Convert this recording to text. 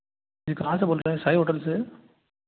जी कहाँ से बोल रहे हैं साईं होटल से